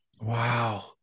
Wow